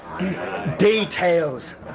Details